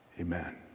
Amen